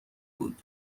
بود